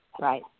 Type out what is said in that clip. Right